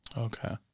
Okay